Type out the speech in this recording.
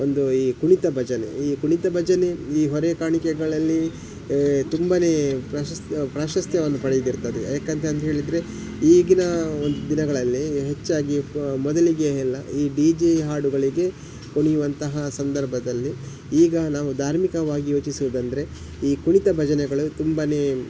ಒಂದು ಈ ಕುಣಿತ ಭಜನೆ ಈ ಕುಣಿತ ಭಜನೆ ಈ ಹೊರೆ ಕಾಣಿಕೆಗಳಲ್ಲಿ ತುಂಬನೇ ಪ್ರಾಶಸ್ತ್ಯ ಪ್ರಾಶಸ್ತ್ಯವನ್ನು ಪಡೆದಿರ್ತದೆ ಯಾಕಂತ ಅಂತ ಹೇಳಿದಿರಿ ಈಗಿನ ಒಂದು ದಿನಗಳಲ್ಲಿ ಹೆಚ್ಚಾಗಿ ಮೊದಲಿಗೆಲ್ಲ ಈ ಡಿಜೆ ಹಾಡುಗಳಿಗೆ ಕುಣಿಯುವಂತಹ ಸಂದರ್ಭದಲ್ಲಿ ಈಗ ನಾವು ಧಾರ್ಮಿಕವಾಗಿ ಯೋಚಿಸುವುದಂದ್ರೆ ಈ ಕುಣಿತ ಭಜನೆಗಳು ತುಂಬನೇ